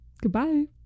Goodbye